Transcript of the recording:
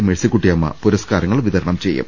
മേഴ്സിക്കുട്ടിയമ്മ പുര സ്കാരങ്ങൾ വിതരണം ചെയ്യും